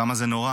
כמה זה נורא.